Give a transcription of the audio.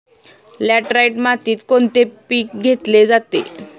Laterite मातीत कोणते पीक घेतले जाते?